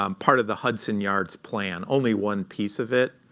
um part of the hudson yards plan, only one piece of it,